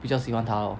比较喜欢他 lor